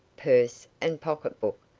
purse and pocketbook,